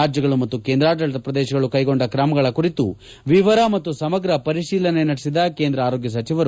ರಾಜ್ಯಗಳು ಮತ್ತು ಕೇಂದ್ರಾಡಳಿತ ಪ್ರದೇಶಗಳು ಕೈಗೊಂಡ ತ್ರಮಗಳ ಕುರಿತು ವಿವರ ಮತ್ತು ಸಮಗ್ರ ಪರಿತೀಲನೆ ನಡೆಸಿದ ಕೇಂದ್ರ ಆರೋಗ್ನ ಸಚಿವರು